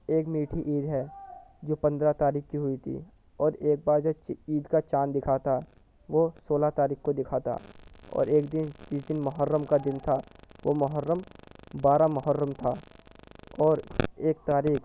ایک میٹھی عید ہے جو پندرہ تاریخ کی ہوئی تھی اور ایک بار جب عید کا چاند دکھا تھا وہ سولہ تاریخ کو دکھا تھا اور ایک دن جس دن محرم کا دن تھا وہ محرم بارہ محرم تھا اور ایک تاریخ